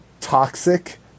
Toxic